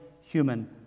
human